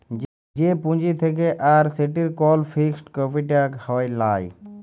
যে পুঁজি থাক্যে আর সেটির কল ফিক্সড ক্যাপিটা হ্যয় লায়